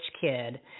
kid